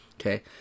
Okay